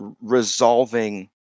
resolving